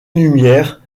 lumière